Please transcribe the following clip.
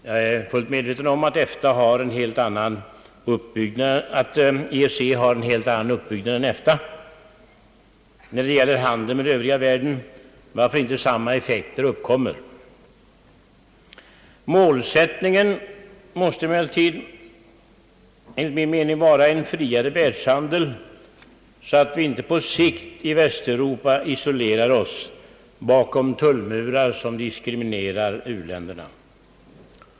Jag är dock fullt medveten om att EEC har en helt annan uppbyggnad än EFTA när det gäller handel med den övriga världen, varför samma effekter inte uppkommer inom EEC. Målsättningen måste emellertid enligt min mening vara en friare världshandel så att vi i Västeuropa på sikt inte isolerar oss bakom tullmurar som diskriminerar u-länderna.